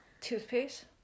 toothpaste